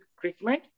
treatment